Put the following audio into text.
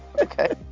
okay